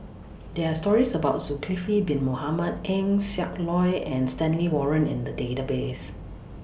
There Are stories about Zulkifli Bin Mohamed Eng Siak Loy and Stanley Warren in The Database